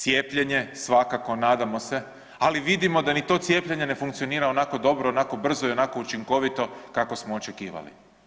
Cijepljenje, svakako nadamo se, ali vidimo da ni to cijepljenje ne funkcionira onako dobro, onako brzo i onako učinkovito kako smo očekivali.